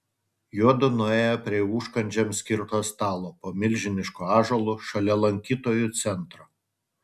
juodu nuėjo prie užkandžiams skirto stalo po milžinišku ąžuolu šalia lankytojų centro